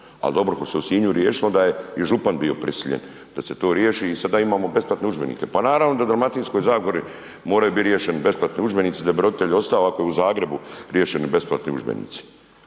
Ali dobro ako se u Sinju riješilo onda je i župan bio prisiljen da se to riješi i sada imamo besplatne udžbenike. Pa naravno da u Dalmatinskoj zagori moraju biti riješeni besplatni udžbenici da bi roditelji ostali, ako su u Zagrebu riješeni besplatni udžbenici.